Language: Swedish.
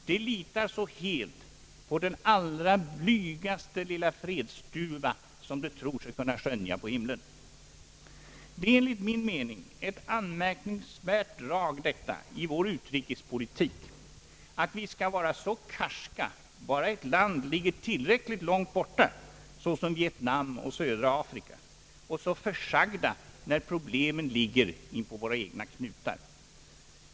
De iitar så helt på den allra blygaste lilla fredsduva, som de tror sig kunna skönja på himlen. Det är enligt min mening ett anmärkningsvärt drag detta i vår utrikespolitik att vi skall vara så karska bara ett land ligger tillräckligt långt borta, såsom Vietnam och södra Afrika, och så försagda när problemen ligger inpå våra knutar.